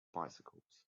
bicycles